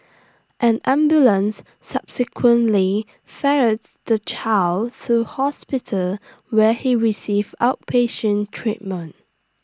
an ambulance subsequently ferried the child to hospital where he received outpatient treatment